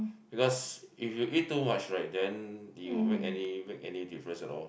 because if you eat too much right then it won't make any make any difference at all